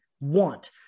want